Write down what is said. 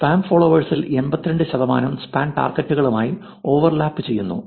spam ഫോളോവേഴ്സിൽ 82 ശതമാനം spam ടാർഗെറ്റുകളുമായി ഓവർലാപ്പ് ചെയ്യുന്നു